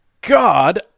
God